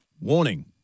Warning